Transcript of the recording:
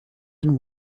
and